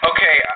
Okay